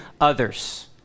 others